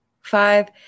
five